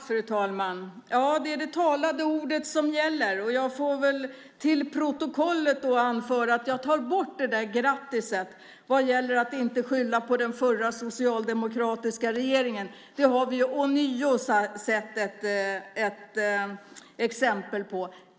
Fru talman! Det är det talade ordet som gäller. Jag får för protokollets skull anföra att jag tar bort det där grattiset vad gäller att inte skylla på den tidigare socialdemokratiska regeringen. Detta har vi nu ånyo sett ett exempel på.